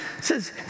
says